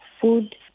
Food